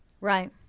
Right